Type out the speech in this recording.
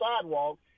sidewalk